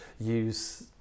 use